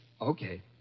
Okay